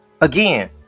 Again